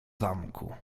zamku